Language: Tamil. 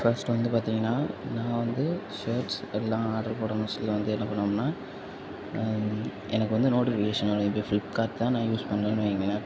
ஃபர்ஸ்ட் வந்து பார்த்தீங்கன்னா நான் வந்து ஷர்ட்ஸ் எல்லாம் ஆர்டர் போடணுன்னு சொல்லி வந்து என்ன பண்ணுவேன் அப்படின்னா எனக்கு வந்து நோட்டிஃபிகேஷன் வரும் இப்போ ஃப்ளிப்கார்ட் தான் நான் யூஸ் பண்ணுறேன்னு வைங்களேன்